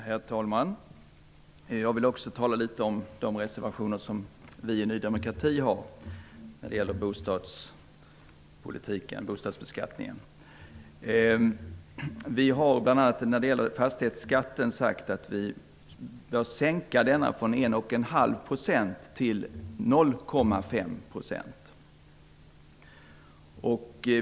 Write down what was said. Herr talman! Jag vill tala om de reservationer som vi i Ny demokrati har avgivit när det gäller bostadsbeskattningen. Vi har bl.a. sagt att fastighetsskatten bör sänkas från 1,5 % till 0,5 %.